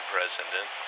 President